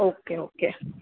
okay okay